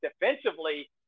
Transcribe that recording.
defensively